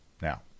now